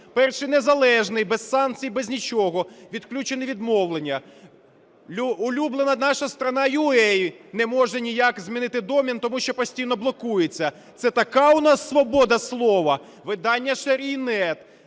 ZIK,"Перший Незалежний" без санкцій, без нічого відключений відмовлення. Улюблена наша Страна.ua не може ніяк змінити домен, тому що постійно блокується. Це так у нас свобода слова? Видання "Шарий.net".